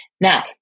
Now